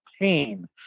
pain